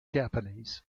japanese